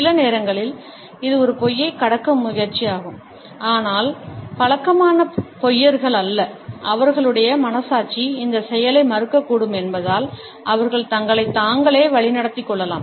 சில நேரங்களில் இது ஒரு பொய்யைக் கடக்க முயற்சிக்கும் ஆனால் பழக்கமான பொய்யர்கள் அல்ல அவர்களுடைய மனசாட்சி இந்த செயலை மறுக்கக்கூடும் என்பதால் அவர்கள் தங்களைத் தாங்களே வழிநடத்திக் கொள்ளலாம்